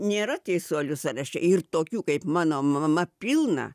nėra teisuolių sąraše ir tokių kaip mano mama pilna